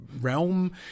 realm